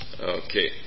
Okay